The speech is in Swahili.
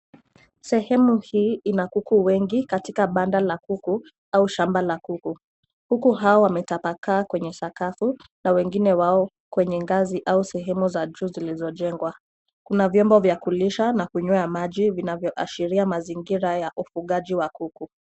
Sehemu hii ina kuku wengi katika banda la kuku au shamba la kuku. Kuku hawa wametapaka kwenye sakafu na wengine wao kwenye ngazi au sehemu za juu zilizojengwa. Kuna vyombo vya kulisha na kunyiwa maji vinavyoashiria mazingira ya ufugaji wa kuku.